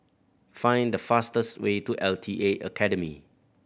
find the fastest way to L T A Academy